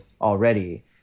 already